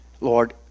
Lord